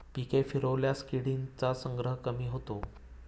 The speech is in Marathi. पिके फिरवल्यास किडींचा संग्रह कमी होतो